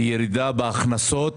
וירידה בהכנסות